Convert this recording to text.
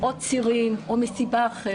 או צירים או סיבה אחרת,